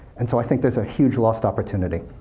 and so, i think there's a huge lost opportunity.